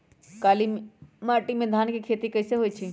काली माटी में धान के खेती कईसे होइ छइ?